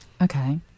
Okay